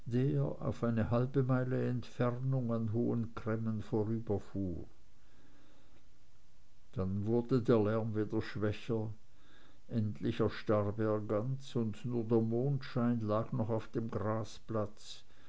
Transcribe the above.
auf eine halbe meile entfernung an hohen cremmen vorüberfuhr dann wurde der lärm wieder schwächer endlich erstarb er ganz und nur der mondschein lag noch auf dem